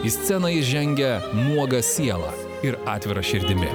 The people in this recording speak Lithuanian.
į sceną jis žengia nuoga siela ir atvira širdimi